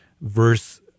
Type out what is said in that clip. verse